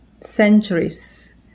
centuries